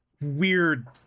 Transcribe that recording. weird